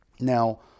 Now